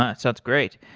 ah sounds great.